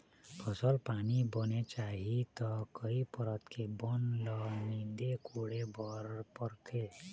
फसल पानी बने चाही त कई परत के बन ल नींदे कोड़े बर परथे